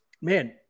man